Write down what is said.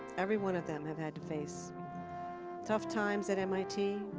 every one of them have had to face tough times at mit.